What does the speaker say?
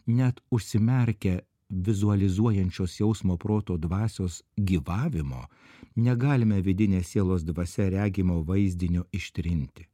net užsimerkę vizualizuojančios jausmo proto dvasios gyvavimo negalime vidine sielos dvasia regimo vaizdinio ištrinti